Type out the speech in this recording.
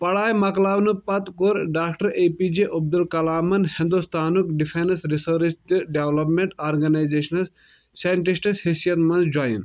پَڑایہِ مۄکلاؤنہٕ پَتہٕ کوٚر ڈاکٹر اے پی جے عبد الکلامن ہِندُستانُک ڈِفیٚنس رِسٲرٕچ تہٕ ڈیولپمنٹ آرگنایزیشنس ساینٹسٹ چیثین منٛز جویِن